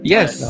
Yes